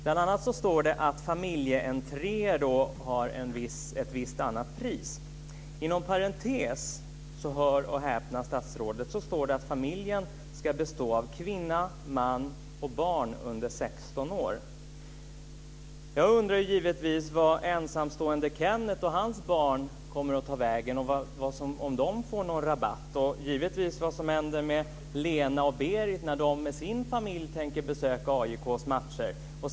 Bl.a. står det att det är ett visst annat pris för familjeentré. Inom parentes står det - hör och häpna, statsrådet - att familjen ska bestå av kvinna, man och barn under 16 år. Jag undrar givetvis vad ensamstående Kenneth och hans barn kommer att ta vägen och om de får någon rabatt och givetvis vad som händer Lena och Berit när de med sin familj tänker besöka AIK:s matcher.